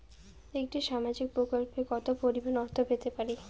একটি সামাজিক প্রকল্পে কতো পরিমাণ অর্থ পেতে পারি?